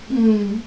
mm